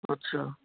अच्छा